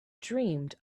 dreamed